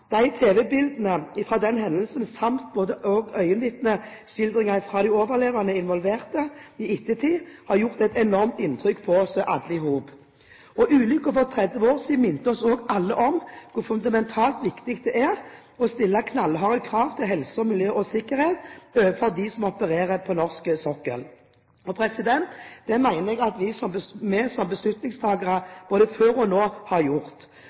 den hendelsen samt øyenvitneskildringene fra de overlevende involverte i ettertid har gjort et enormt inntrykk på oss alle. Ulykken for 30 år siden minner oss alle om hvor fundamentalt viktig det er å stille knallharde krav til helse, miljø og sikkerhet overfor dem som opererer på norsk sokkel, og det mener jeg vi som beslutningstakere – både før og nå – har gjort.